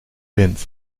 wint